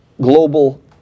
global